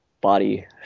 body